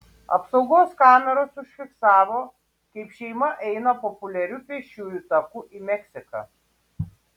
apsaugos kameros užfiksavo kaip šeima eina populiariu pėsčiųjų taku į meksiką